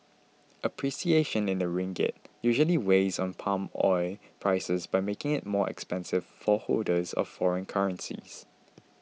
appreciation in the ringgit usually weighs on palm oil prices by making it more expensive for holders of foreign currencies